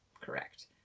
correct